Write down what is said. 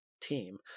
team